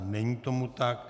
Není tomu tak.